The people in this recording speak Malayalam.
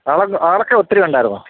ആളൊക്കെ ഒത്തിരി ഉണ്ടായിരുന്നോ